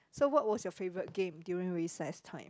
so what was your favourite game during recess time